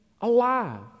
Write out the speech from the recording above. alive